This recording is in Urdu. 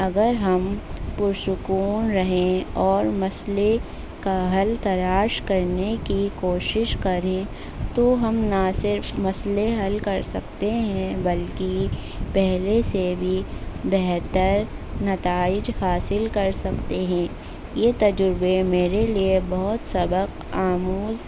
اگر ہم پرسکون رہیں اور مسئلے کا حل تلاش کرنے کی کوشش کریں تو ہم نہ صرف مسئلے حل کر سکتے ہیں بلکہ پہلے سے بھی بہتر نتائج حاصل کر سکتے ہیں یہ تجربے میرے لیے بہت سبق آموز